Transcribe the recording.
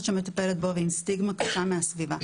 שמטפלת בו ועם סטיגמה קשה מהסביבה.